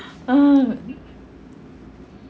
uh